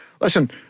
Listen